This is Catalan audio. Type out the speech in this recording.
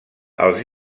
als